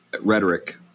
rhetoric